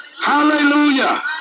hallelujah